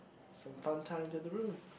some fun time at the room